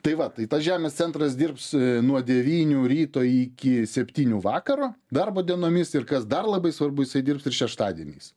tai va tai tas žemės centras dirbs nuo devynių ryto iki septynių vakaro darbo dienomis ir kas dar labai svarbu jisai dirbs ir šeštadieniais